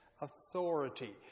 authority